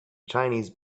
chinese